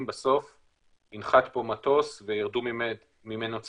בסוף הוא יינתן לאזרחים במדינת ישראל.